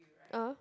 ah